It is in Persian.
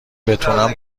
بتونم